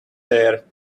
there